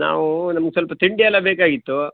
ನಾವು ನಮ್ಗೆ ಸ್ವಲ್ಪ ತಿಂಡಿಯೆಲ್ಲ ಬೇಕಾಗಿತ್ತು